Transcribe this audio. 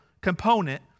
component